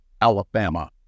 Alabama